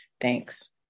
Thanks